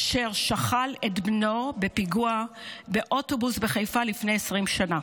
אשר שכל את בנו בפיגוע באוטובוס בחיפה לפני 20 שנה.